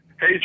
Hey